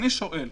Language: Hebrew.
אני שואל,